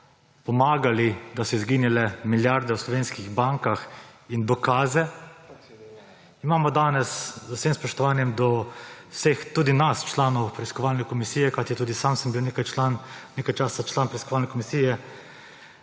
pomagali, da so izginile milijarde v slovenskih bankah, in dokaze imamo danes, z vsem spoštovanjem do vseh, tudi nas, članov preiskovalne komisije, kajti tudi sam sem bil nekaj časa član preiskovalne komisije,